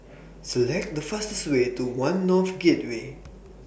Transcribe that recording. Select The fastest Way to one North Gateway